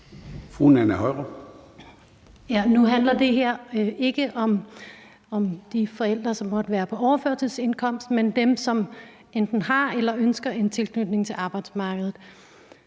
Nu handler det her ikke om de forældre, som måtte være på overførselsindkomst, men om dem, som enten har eller ønsker en tilknytning til arbejdsmarkedet.